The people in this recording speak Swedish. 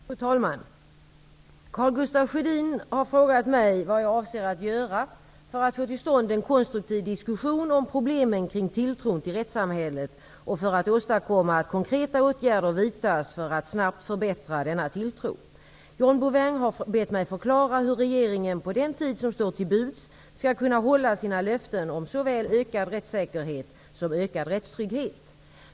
Fru talman! Karl Gustaf Sjödin har frågat mig vad jag avser att göra för att få till stånd en konstruktiv diskussion om problemen kring tilltron till rättssamhället och för att åstadkomma att konkreta åtgärder vidtas för att snabbt förbättra denna tilltro. John Bouvin har bett mig förklara hur regeringen på den tid som står till buds skall kunna hålla sina löften om såväl ökad rättssäkerhet som ökad rättstrygghet.